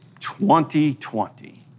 2020